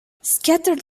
scattered